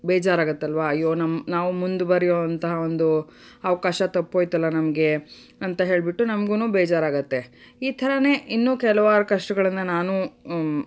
ಬೇಜಾರಾಗುತ್ತಲ್ವಾ ಅಯ್ಯೋ ನಮ್ಮ ನಾವು ಮುಂದುವರಿಯುವಂತಹ ಒಂದು ಅವಕಾಶ ತಪ್ಪೋಯ್ತಲ್ಲ ನಮಗೆ ಅಂತ ಹೇಳಿಬಿಟ್ಟು ನಮ್ಗು ಬೇಜಾರಾಗುತ್ತೆ ಈ ಥರನೇ ಇನ್ನೂ ಕೆಲವಾರು ಕಷ್ಟಗಳನ್ನು ನಾನೂ